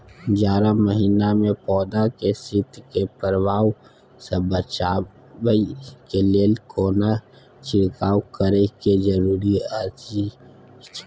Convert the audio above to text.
जारा महिना मे पौधा के शीत के प्रभाव सॅ बचाबय के लेल कोनो छिरकाव करय के जरूरी अछि की?